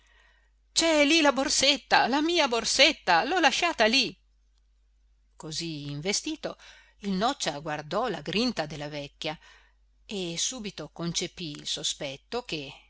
c'è lì la borsetta la mia borsetta l'ho lasciata lì così investito il noccia guardò la grinta della vecchi e subito concepì il sospetto che